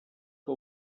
que